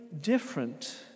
different